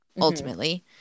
Ultimately